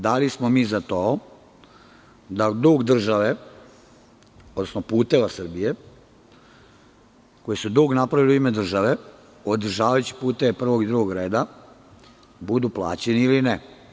Da li smo mi za to da dug države, odnosno "Puteva Srbije", koji su dug napravili u ime države održavajući puteve prvog i drugog reda budu plaćeni ili ne?